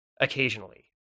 occasionally